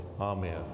Amen